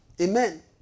Amen